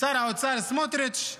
שר האוצר סמוטריץ'